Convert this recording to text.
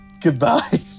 goodbye